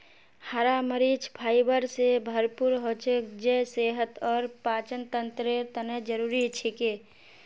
हरा मरीच फाइबर स भरपूर हछेक जे सेहत और पाचनतंत्रेर तने जरुरी छिके